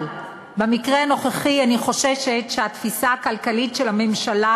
אבל במקרה הנוכחי אני חוששת שהתפיסה הכלכלית של הממשלה,